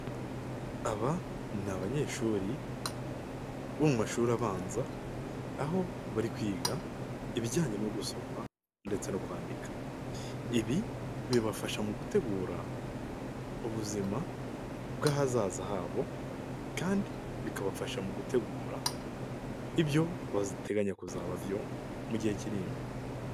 Aba ni abanyeshuri bo mu mashuri abanza aho bari kwiga ibijyanye no gusoma ndetse no kwandika. Ibi bibafasha mu gutegura ubuzima bw'ahazaza habo kandi bikabafasha mu gutegura ibyo bateganya kuzaba mu gihe kiri imbere.